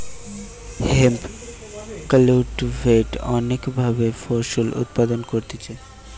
hemp cultivate অনেক ভাবে ফসল উৎপাদন করতিছে